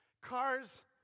Cars